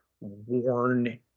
worn